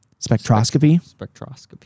spectroscopy